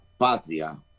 Patria